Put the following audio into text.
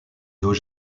dos